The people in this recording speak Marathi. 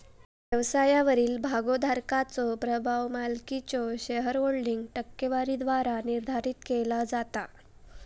व्यवसायावरील भागोधारकाचो प्रभाव मालकीच्यो शेअरहोल्डिंग टक्केवारीद्वारा निर्धारित केला जाता